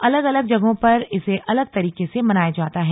अलग अलग जगहों पर इसे अलग तरीके से मनाया जाता है